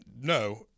No